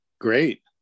great